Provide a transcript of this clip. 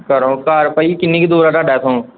ਘਰੋਂ ਘਰ ਭਾਅ ਜੀ ਕਿੰਨੀ ਕੁ ਦੂਰ ਆ ਤੁਹਾਡਾ ਇੱਥੋਂ